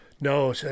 No